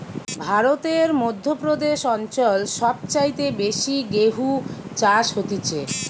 ভারতের মধ্য প্রদেশ অঞ্চল সব চাইতে বেশি গেহু চাষ হতিছে